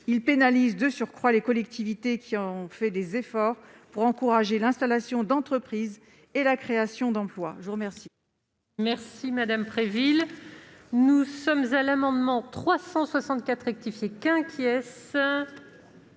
Il pénalise de surcroît les collectivités qui ont fait des efforts pour encourager l'installation d'entreprises et la création d'emplois. L'amendement